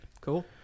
Cool